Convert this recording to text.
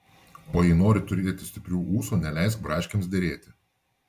o jei nori turėti stiprių ūsų neleisk braškėms derėti